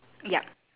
yup